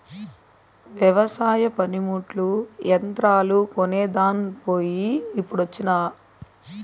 వెవసాయ పనిముట్లు, యంత్రాలు కొనేదాన్ పోయి ఇప్పుడొచ్చినా